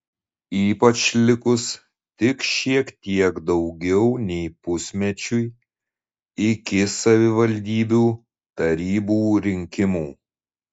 ypač likus tik šiek tiek daugiau nei pusmečiui iki savivaldybių tarybų rinkimų